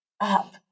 up